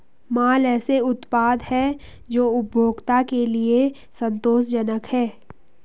माल ऐसे उत्पाद हैं जो उपभोक्ता के लिए संतोषजनक हैं